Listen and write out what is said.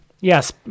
Yes